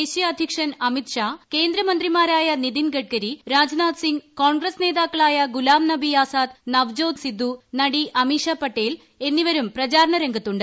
ദേശീയ അധ്യക്ഷൻ അമിത്ഷാ കേന്ദ്രമന്ത്രിമാരായ നിതിൻ ഗഡ്കരി രാജ്നാഥ് സിന്ഗ് കോൺഗ്രസ് നേതാക്കളായ ഗുലാം നബി ആസാദ് നവജ്യോദ്സിദ്ദു നടി അമീഷ പട്ടേൽ എന്നിവരും പ്രചാരണ രംഗത്തുണ്ട്